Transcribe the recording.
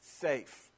safe